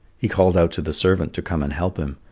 he called out to the servant to come and help him,